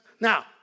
Now